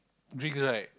drink right